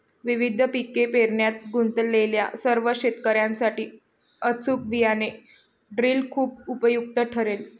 विविध पिके पेरण्यात गुंतलेल्या सर्व शेतकर्यांसाठी अचूक बियाणे ड्रिल खूप उपयुक्त ठरेल